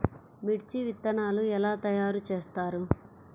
మిర్చి విత్తనాలు ఎలా తయారు చేస్తారు?